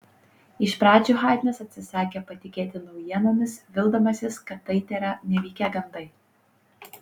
iš pradžių haidnas atsisakė patikėti naujienomis vildamasis kad tai tėra nevykę gandai